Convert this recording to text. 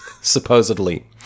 supposedly